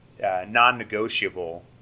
non-negotiable